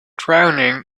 drowning